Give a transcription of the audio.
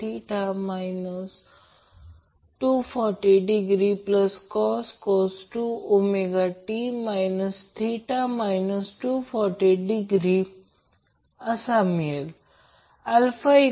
तर हा Δ connected load आहे आणि हा फेज a हा फेज b हा फेज c आहे